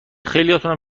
خیلیاتونم